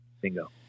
Bingo